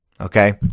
okay